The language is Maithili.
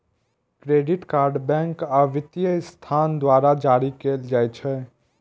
क्रेडिट कार्ड बैंक आ वित्तीय संस्थान द्वारा जारी कैल जाइ छै